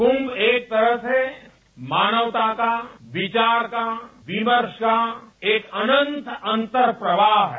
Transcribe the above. कुम्भ एक तरह से मानवता का विचार का विमर्श का एक अनंत अंतर्प्रवाह है